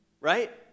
Right